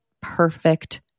perfect